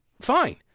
Fine